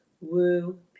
woo